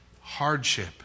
hardship